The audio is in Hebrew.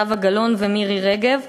זהבה גלאון ומירי רגב.